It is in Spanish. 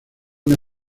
una